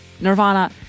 Nirvana